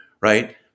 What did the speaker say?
Right